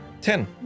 Ten